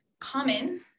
common